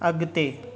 अॻिते